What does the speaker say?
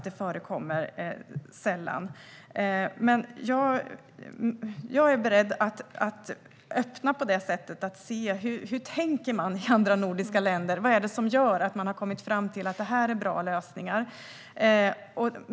Jag är dock beredd att öppna för detta på så sätt att man ser efter hur man tänker i andra nordiska länder. Vad är det som gör att man har kommit fram till att detta är bra lösningar?